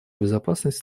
безопасность